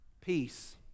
peace